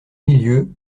milieu